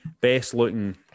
best-looking